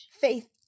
Faith